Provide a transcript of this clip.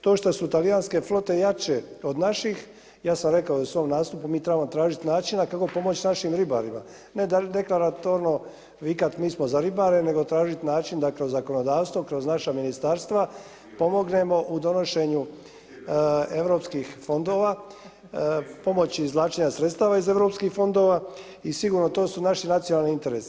To šta su talijanske flote jače od naših, ja sam rekao i svom nastupu, mi trebamo tražiti načina kako pomoći našim ribarima, ne deklaratorno vikat mi smo za ribare nego tražiti način da kroz zakonodavstvo, kroz naša ministarstva pomognemo u donošenju europskih fondova, pomoći izvlačenja sredstava iz europskih fondova i sigurno to su naši nacionalni interesi.